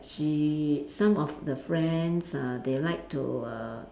she some of the friends uh they like to err